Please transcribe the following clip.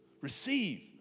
receive